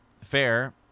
Fair